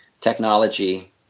technology